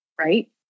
right